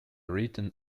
written